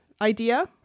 idea